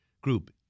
group